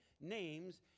names